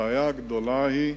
הבעיה הגדולה היא,